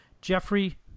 Jeffrey